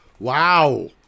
Wow